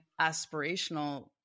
aspirational